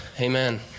amen